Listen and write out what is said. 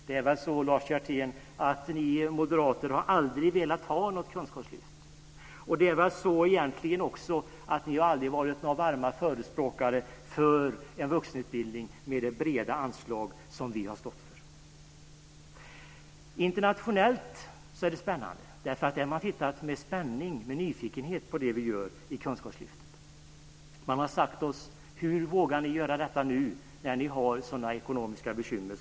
Det är väl så, Lars Hjertén, att ni moderater aldrig har velat ha något kunskapslyft. Det är väl också så egentligen att ni aldrig har varit varma förespråkare för en vuxenutbildning med det breda anslag som vi har stått för. Internationellt är det spännande, därför att man med spänning och nyfikenhet har tittat på det vi gör i Kunskapslyftet. Man har sagt oss: Hur vågar ni göra detta nu, när ni har sådana ekonomiska bekymmer?